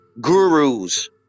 gurus